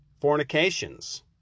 fornications